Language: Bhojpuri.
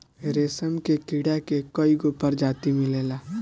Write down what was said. रेशम के कीड़ा के कईगो प्रजाति मिलेला